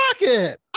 Rocket